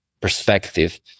perspective